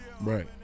Right